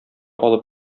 алып